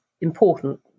important